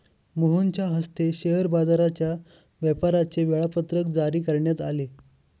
मोहनच्या हस्ते शेअर बाजाराच्या व्यापाराचे वेळापत्रक जारी करण्यात आले